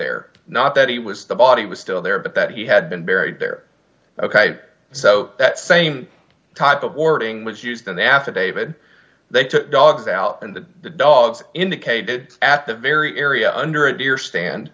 there not that he was the body was still there but that he had been buried there ok so that same type of boarding was used in the affidavit they took dogs out and the dogs indicated at the very area under a deer stand